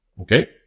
Okay